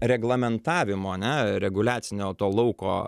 reglamentavimo ane reguliacinio to lauko